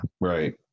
right